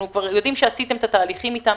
אנחנו יודעים שעשיתם את התהליכים אתם.